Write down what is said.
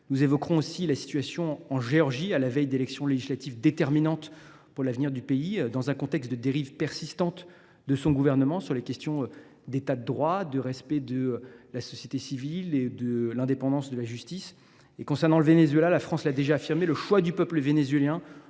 aborderont également la situation en Géorgie à la veille d’élections législatives déterminantes pour l’avenir du pays et dans un contexte de dérive persistante de son gouvernement sur les questions d’État de droit, de respect de la société civile et d’indépendance de la justice. Concernant le Venezuela, la France l’a déjà affirmé : le choix du peuple vénézuélien